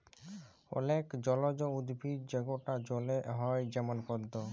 অলেক জলজ উদ্ভিদ যেগলা জলে হ্যয় যেমল পদ্দ